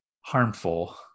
harmful